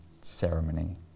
ceremony